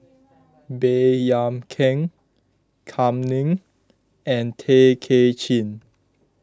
Baey Yam Keng Kam Ning and Tay Kay Chin